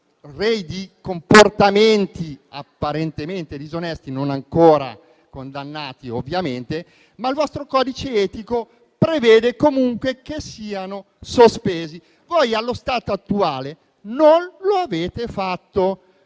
rei di comportamenti apparentemente disonesti, anche se non ancora condannati. Il vostro codice etico prevede comunque che siano sospesi: ma voi, allo stato attuale, non lo avete fatto.